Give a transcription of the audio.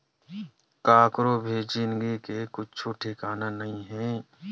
कखरो भी जिनगी के कुछु ठिकाना नइ हे